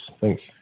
thanks